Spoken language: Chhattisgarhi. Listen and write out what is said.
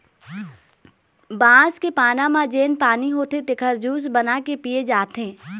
बांस के पाना म जेन पानी होथे तेखर जूस बना के पिए जाथे